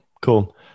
Cool